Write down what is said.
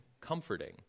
comforting